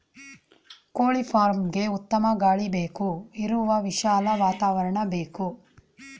ಕೋಳಿ ಫಾರ್ಮ್ಗೆಗೆ ಉತ್ತಮ ಗಾಳಿ ಬೆಳಕು ಇರುವ ವಿಶಾಲ ವಾತಾವರಣ ಬೇಕು